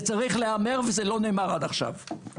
זה צריך להיאמר וזה לא נאמר עד עכשיו.